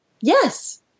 Yes